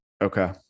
Okay